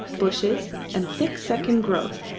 bushes, and thick second growth,